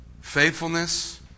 Faithfulness